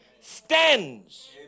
stands